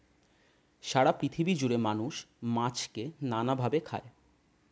সারা পৃথিবী জুড়ে মানুষ মাছকে নানা ভাবে খায়